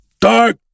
Dark